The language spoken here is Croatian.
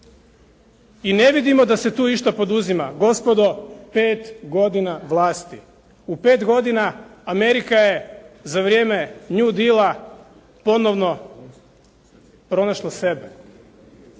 I ne vidimo da se tu išta poduzima. Gospodo pet godina vlasti. U pet godina Amerika je za vrijeme New Dila ponovno pronašla sebe.